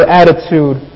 attitude